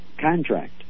contract